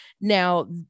now